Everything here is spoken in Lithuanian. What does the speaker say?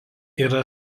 yra